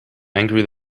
angry